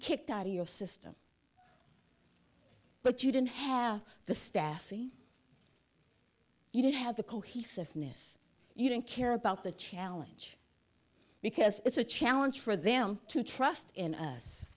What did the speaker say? kicked out of your system but you don't have the stassi you don't have the cohesiveness you don't care about the challenge because it's a challenge for them to trust in us